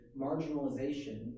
marginalization